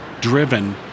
driven